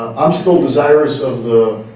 i'm still desirous of the,